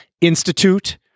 Institute